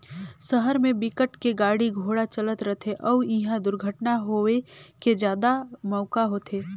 सहर के बिकट के गाड़ी घोड़ा चलत रथे अउ इहा दुरघटना होए के जादा मउका होथे